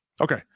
okay